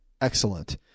excellent